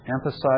emphasize